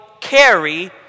carry